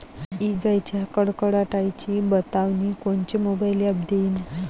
इजाइच्या कडकडाटाची बतावनी कोनचे मोबाईल ॲप देईन?